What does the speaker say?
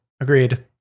Agreed